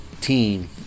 team